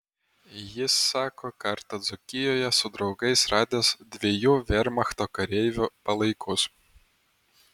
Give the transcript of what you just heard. jis sako kartą dzūkijoje su draugais radęs dviejų vermachto kareivių palaikus